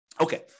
Okay